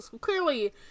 clearly